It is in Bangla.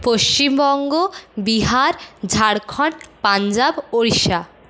পশ্চিমবঙ্গ বিহার ঝাড়খণ্ড পঞ্জাব ওড়িশা